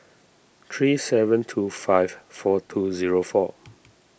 three seven two five four two zero four